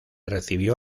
recibió